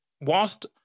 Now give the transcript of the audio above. whilst